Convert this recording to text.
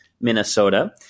Minnesota